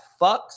fucks